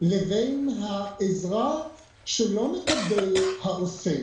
לבין העזרה שלא מקבל העוסק,